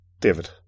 David